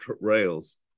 rails